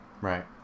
Right